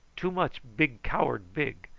too much big coward big.